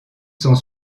sont